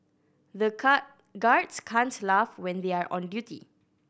the car guards can't laugh when they are on duty